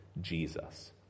Jesus